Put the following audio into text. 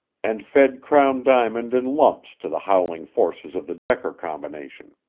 and fed crown diamond in lumps to the howling forces of the decker combination.